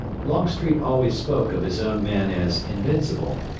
longstreet always spoke of his own men as invincible,